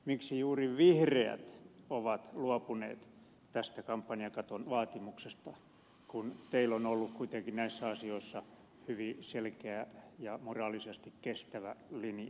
miksi juuri vihreät ovat luopuneet tästä kampanjakaton vaatimuksesta kun teillä on ollut kuitenkin näissä asioissa hyvin selkeä ja moraalisesti kestävä linja